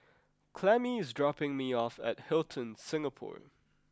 Clemmie is dropping me off at Hilton Singapore